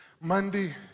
Monday